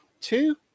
two